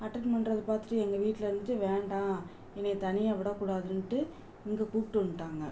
attend பண்றதை பார்த்துட்டு எங்கள் வீட்டில இருந்துட்டு வேண்டாம் என்னை தனியாக விடக்கூடாதுன்ட்டு இங்கே கூப்பிட்டு வந்துடாங்க